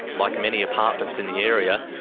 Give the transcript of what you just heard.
like many apartments in the area,